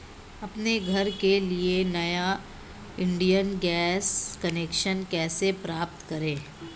अपने घर के लिए नया इंडियन गैस कनेक्शन कैसे प्राप्त करें?